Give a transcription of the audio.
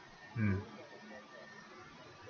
mm